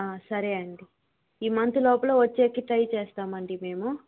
ఆ సరే అండి ఈ మంత్ లోపల వచ్చేకి ట్రై చేస్తామండి మేము